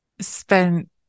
spent